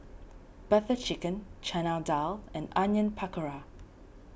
Butter Chicken Chana Dal and Onion Pakora